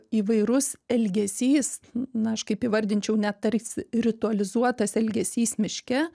įvairus elgesys na aš kaip įvardinčiau net tarsi ritualizuotas elgesys miške